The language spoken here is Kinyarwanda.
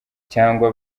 cyangwa